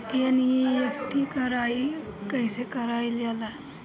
NEFT कइसे कइल जाला?